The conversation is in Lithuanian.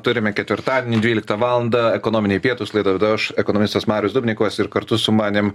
turime ketvirtadienį dvyliktą valandą ekonominiai pietūs laida aš ekonomistas marius dubnikovas ir kartu sumanim